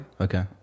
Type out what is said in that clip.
okay